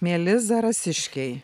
mieli zarasiškiai